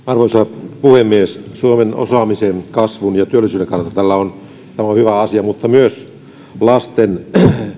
arvoisa puhemies suomen osaamisen kasvun ja työllisyyden kannalta tämä on hyvä asia mutta myös lasten